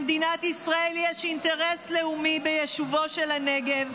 למדינת ישראל יש אינטרס לאומי ביישובו של הנגב,